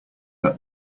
that